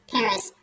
Paris